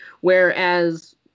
whereas